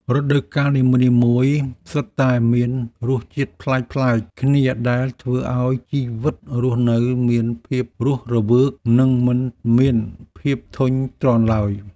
រដូវកាលនីមួយៗសុទ្ធតែមានរសជាតិប្លែកៗគ្នាដែលធ្វើឱ្យជីវិតរស់នៅមានភាពរស់រវើក និងមិនមានភាពធុញទ្រាន់ឡើយ។